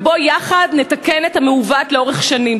בוא יחד נתקן את המעוות לאורך שנים.